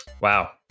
Wow